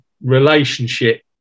relationship